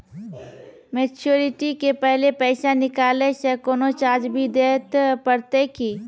Maturity के पहले पैसा निकालै से कोनो चार्ज भी देत परतै की?